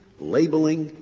labeling,